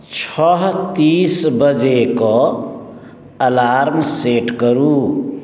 छओ तीस बजेके अलार्म सेट करू